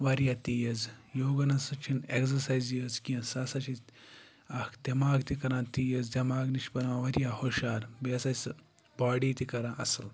واریاہ تیز یوگا نَسا چھِنہٕ اٮ۪گزَرسایز یٲژ کیٚنٛہہ سُہ ہَسا چھِ اَکھ دٮ۪ماغ تہِ کَران تیز دٮ۪ماغ نِش بَناوان وارِیاہ ہُشار بیٚیہِ ہَسا چھِ سُہ باڈی تہِ کَران اَصٕل